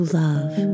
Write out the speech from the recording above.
love